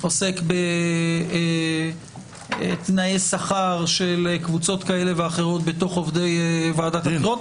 עוסק בתנאי שכר של קבוצות כאלה ואחרות בתוך עובדי ועדת הבחירות.